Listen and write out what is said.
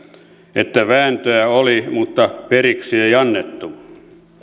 että vääntöä oli mutta periksi ei annettu